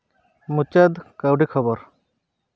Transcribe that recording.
ᱢᱩᱪᱟᱹᱫ ᱠᱟᱹᱣᱰᱤ ᱠᱷᱚᱵᱚᱨ